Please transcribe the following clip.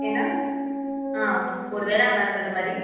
okay నా అవును మూడువేలు అన్నారు కదా మరి